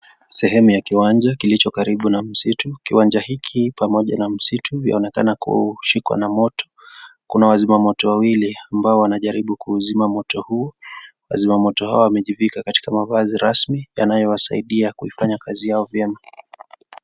Sehemu ya kiwanja kilicho karibu na msitu, kiwanja hiki pamoja na msitu vyaonekana kushikwa na moto. Kuna wazima moto wawili ambao wanajaribu kuuzima moto huu, wazimamoto hawa wamejivika katika mavazi rasmi yanayowasaidia kuifanya kazi yao vyema.